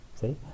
See